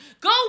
Go